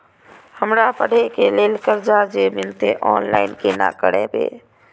हमरा पढ़े के लेल कर्जा जे मिलते ऑनलाइन केना करबे?